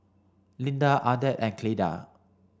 Lynda Ardeth and Cleda